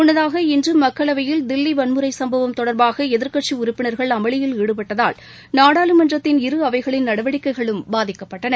முன்னதாக இன்று மக்களவையில் தில்லி வன்முறை சம்பவம் தொடர்பாக எதிர்க்கட்சி உறுப்பினர்கள் அமளியில் ஈடுபட்டதால் நாடாளுமன்றத்தின் இரு அவைகளின் நடவடிக்கைகளும் பாதிக்கப்பட்டன